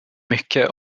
mycket